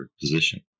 position